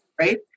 right